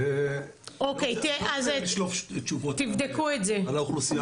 ולא צריך לשלוף תשובות ככה על האוכלוסייה